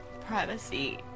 privacy